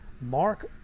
Mark